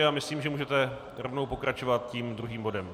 Já myslím, že můžete rovnou pokračovat tím druhým bodem.